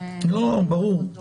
זאת גם אירופה,